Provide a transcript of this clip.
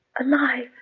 Alive